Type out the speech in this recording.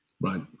Right